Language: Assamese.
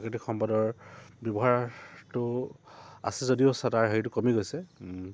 প্ৰাকৃতিক সম্পদৰ ব্যৱহাৰটো আছে যদিও চা তাৰ হেৰিটো কমি গৈছে